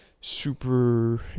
super